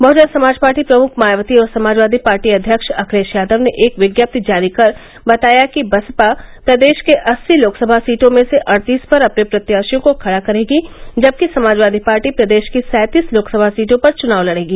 Bahujan Samaj Party प्रमुख मायावती और Samajwadi Party अध्यक्ष अखिलेष यादव ने एक विज्ञप्ति जारी कर बताया है कि बसपा प्रदेष के अस्सी लोकसभा सीटों में से अड़तीस पर अपने प्रत्याषियों को खड़ा करेगी जबकि समाजवादी पार्टी प्रदेष की सैंतीस लोकसभा सीटों पर चुनाव लड़ेगी